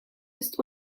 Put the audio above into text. ist